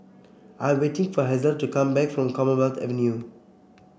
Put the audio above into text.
I am waiting for Hazelle to come back from Commonwealth Avenue